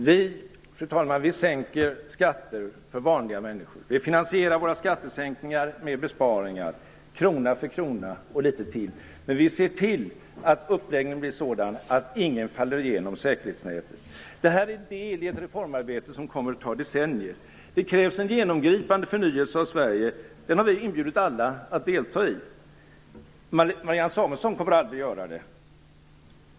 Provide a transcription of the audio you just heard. Fru talman! Vi sänker skatter för vanliga människor. Vi finansierar våra skattesänkningar med besparingar, krona för krona och litet till. Men vi ser till att uppläggningen blir sådan att ingen faller igenom säkerhetsnätet. Det här är en del i ett reformarbete som kommer att ta decennier. Det krävs en genomgripande förnyelse av Sverige. Vi har inbjudit alla att delta i den. Marianne Samuelsson kommer aldrig att göra det.